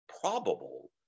probable